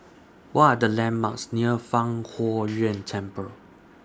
What Are The landmarks near Fang Huo Yuan Temple